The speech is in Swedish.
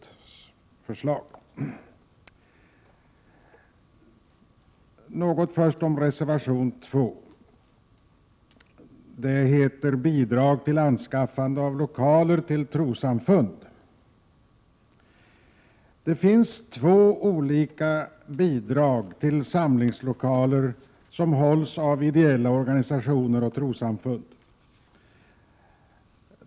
Jag vill börja med att säga några ord om reservation 2, som gäller bidrag till anskaffande av lokaler till trossamfund. Det finns två olika bidrag till samlingslokaler som hålls av ideella organisationer och trossamfund.